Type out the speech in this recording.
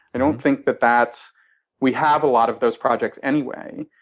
i don't think that that's we have a lot of those projects, anyway.